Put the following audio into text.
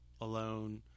alone